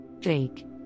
Fake